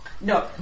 no